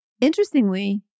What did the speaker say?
Interestingly